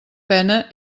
pena